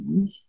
Okay